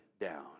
down